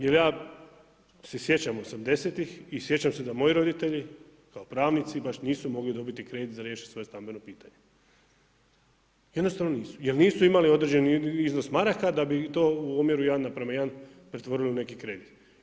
Jer ja se sjećam '80.-tih i sjećam se da moji roditelji kao pravnici baš nisu mogli dobiti kredit za riješiti svoje stambeno pitanje, jednostavno nisu jer nisu imali određeni iznos maraka da bi to u omjeru 1:1 pretvorili u neki kredit.